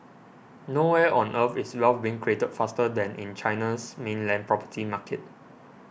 nowhere on Earth is wealth being created faster than in China's mainland property market